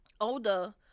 older